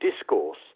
discourse